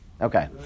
Okay